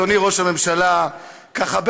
אדוני ראש הממשלה: ככה,